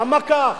למה כך?